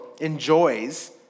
enjoys